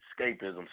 escapism